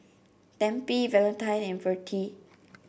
Tempie Valentine and Vertie